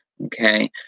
Okay